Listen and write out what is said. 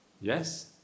yes